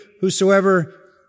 whosoever